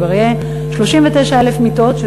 וזה כבר יהיה 39,000 מיטות,